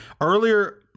earlier